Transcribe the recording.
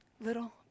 Little